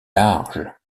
large